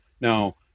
Now